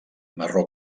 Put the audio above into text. marró